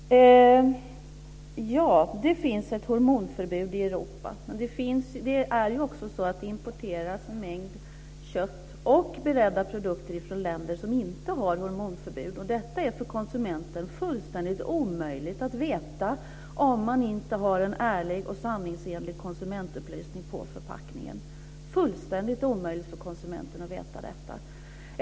Herr talman! Det finns ett hormonförbud i Europa. Men det importeras också en mängd kött och beredda produkter från länder som inte har hormonförbud. Detta är för konsumenten fullständigt omöjligt att veta om man inte har en ärlig och sanningsenlig konsumentupplysning på förpackningen. Det är fullständigt omöjligt för konsumenten att veta detta.